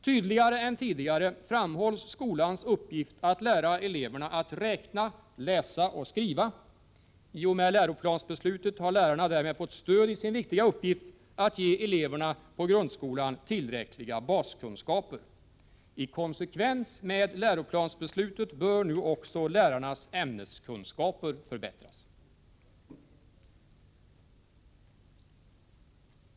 Tydligare än tidigare framhålls skolans uppgift att lära eleverna räkna, läsa och skriva. I och med läroplansbeslutet har lärarna fått stöd i sin viktiga uppgift att ge eleverna i grundskolan tillräckliga baskunskaper. I konsekvens med läroplansbeslutet bör nu också lärarnas ämneskunskaper förbättras.